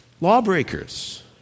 Lawbreakers